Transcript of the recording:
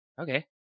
Okay